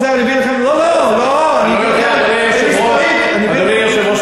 אדוני היושב-ראש,